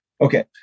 Okay